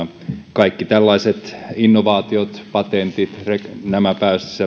kaikki tällaiset innovaatiot patentit